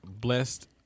blessed